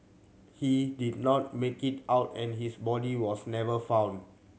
he did not make it out and his body was never found